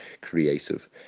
creative